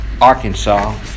Arkansas